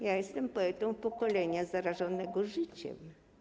Ja jestem poetą pokolenia zarażonego życiem.